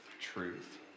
truth